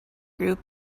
group